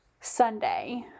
Sunday